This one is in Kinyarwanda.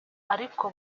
ariko